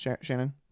Shannon